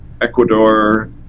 Ecuador